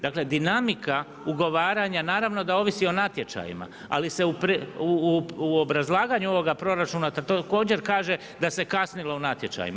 Dakle, dinamika ugovaranje naravno da ovisi o natječajima ali se u obrazlaganju ovog proračuna također kaže da se kasnilo u natječajima.